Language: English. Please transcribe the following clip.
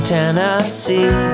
Tennessee